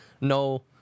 No